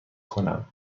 کنم